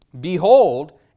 Behold